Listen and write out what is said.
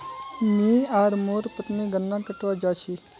मी आर मोर पत्नी गन्ना कटवा जा छी